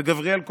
וגבריאל כותב":